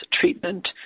treatment